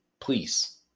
please